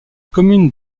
commune